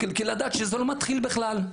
כדי לדעת שזה לא מתחיל בכלל.